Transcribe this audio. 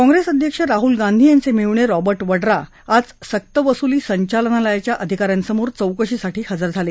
काँग्रेस अध्यक्ष राहूल गांधी यांचे मेहणे रॉबर्ट वडूा आज सक्तवसुली संचालनालयाच्या अधिका यांसमोर चौकशीसाठी हजर झाले